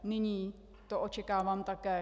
Nyní to očekávám také.